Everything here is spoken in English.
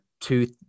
two